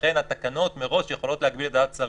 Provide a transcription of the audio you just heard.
ולכן התקנות מראש יכולות להקביל לוועדת שרים.